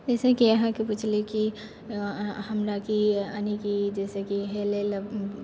जैसेकि अहाँके पुछलिए कि हमराकि यानीकि जैसेकि हेलैलए